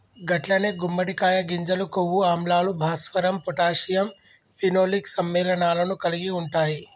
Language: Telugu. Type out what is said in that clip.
గట్లనే గుమ్మడికాయ గింజలు కొవ్వు ఆమ్లాలు, భాస్వరం పొటాషియం ఫినోలిక్ సమ్మెళనాలను కలిగి ఉంటాయి